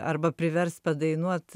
arba priverst padainuot